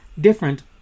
different